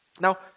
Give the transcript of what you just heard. Now